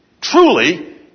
truly